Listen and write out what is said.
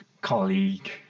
colleague